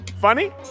Funny